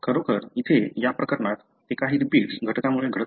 खरोखर येथे या प्रकरणात ते काही रिपीट्स घटकामुळे घडत नाही